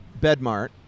Bedmart